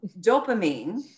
dopamine